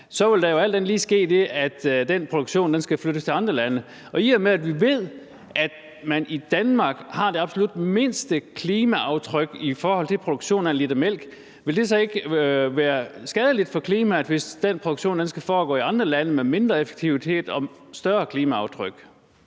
jo alt andet lige ske det, at den produktion skal flyttes til andre lande. Og i og med at vi ved, at man i Danmark har det absolut mindste klimaaftryk i forhold til produktion af 1 l mælk, vil det så ikke være skadeligt for klimaet, hvis den produktion skal foregå i andre lande med mindre effektivitet og større klimaaftryk?